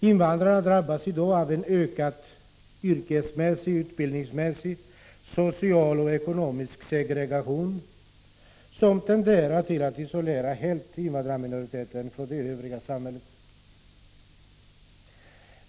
Invandrarna drabbas i dag av en ökad yrkesmässig, utbildningsmässig, social och ekonomisk segregation som tenderar att helt isolera invandrarminoriteten från det övriga svenska samhället.